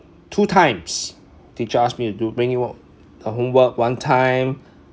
two times teacher ask me to do bring all the homework one time